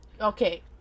Okay